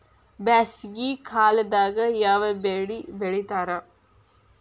ಬ್ಯಾಸಗಿ ಕಾಲದಾಗ ಯಾವ ಬೆಳಿ ಬೆಳಿತಾರ?